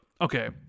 okay